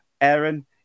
Aaron